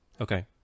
Okay